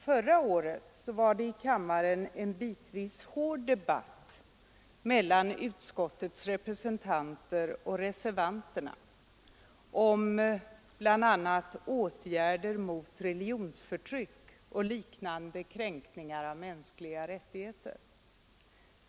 Förra året var det i kammaren en bitvis hård debatt mellan utskottets representanter och reservanterna om bl.a. åtgärder mot religionsförtryck och liknande kränkningar av mänskliga rättigheter.